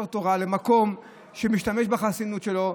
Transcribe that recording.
תורה למקום שבו הוא משתמש בחסינות שלו.